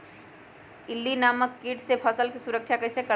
इल्ली नामक किट से फसल के सुरक्षा कैसे करवाईं?